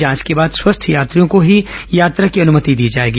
जांच के बाद स्वस्थ यात्रियों को ही यात्रा की अनुमति दी जाएगी